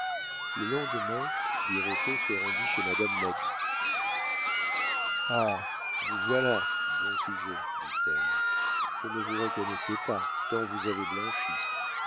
le lendemain birotteau se rendit chez madame madou ah vous voilà bon sujet dit-elle je ne vous reconnaissais pas tant vous avez blanchi